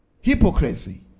hypocrisy